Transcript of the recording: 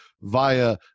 via